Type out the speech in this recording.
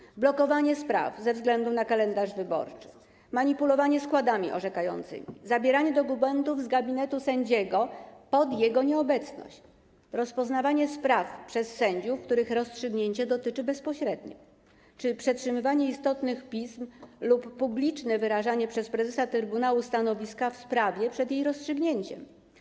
Chodzi o blokowanie spraw ze względu na kalendarz wyborczy, manipulowanie składami orzekającymi, zabieranie dokumentów z gabinetu sędziego pod jego nieobecność, rozpoznawanie spraw przez sędziów, których rozstrzygnięcie dotyczy bezpośrednio, przetrzymywanie istotnych pism czy publiczne wyrażanie przez prezes trybunału stanowiska w sprawie przed jej rozstrzygnięciem.